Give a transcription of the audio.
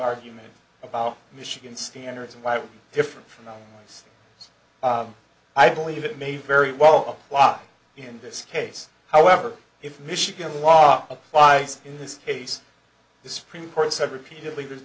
argument about michigan standards and why different from the us i believe it may very well lock in this case however if michigan law applies in this case the supreme court said repeatedly there's